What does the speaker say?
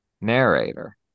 narrator